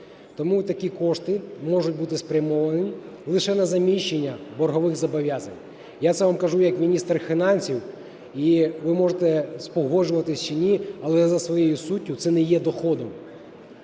тому такі кошти можуть бути спрямовані лише на заміщення боргових зобов'язань. Я це вам кажу як міністр фінансів. І ви можете погоджуватись чи ні, але за своєю суттю це не є доходом.